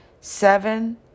Seven